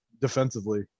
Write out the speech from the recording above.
defensively